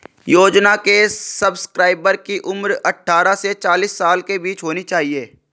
योजना के सब्सक्राइबर की उम्र अट्ठारह से चालीस साल के बीच होनी चाहिए